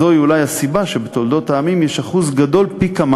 זוהי אולי הסיבה שבתולדות העמים יש אחוז גדול פי-כמה